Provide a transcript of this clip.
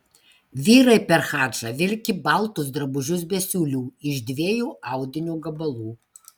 vyrai per hadžą vilki baltus drabužius be siūlių iš dviejų audinio gabalų